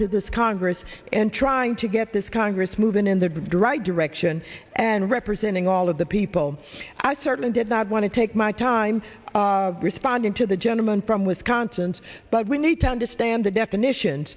to this congress and trying to get this congress moving in the great direction and representing all of the people i certainly did not want to take my time responding to the gentleman from wisconsin but we need to understand the definition